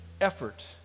effort